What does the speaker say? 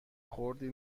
خردی